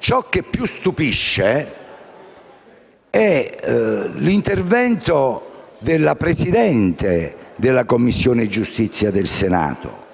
Ciò che più stupisce però è l'intervento della Presidente della Commissione sanità del Senato.